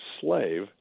slave